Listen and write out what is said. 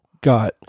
got